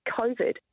covid